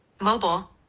Mobile